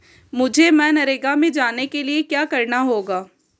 मुझे मनरेगा में जाने के लिए क्या करना होगा?